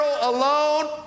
alone